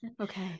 Okay